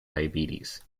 diabetes